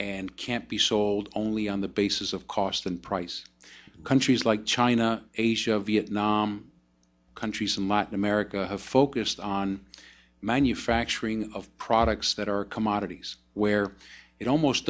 and can't be sold only on the basis of cost and price countries like china asia vietnam countries in latin america focused on manufacturing of products that are come out of these where it almost